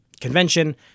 convention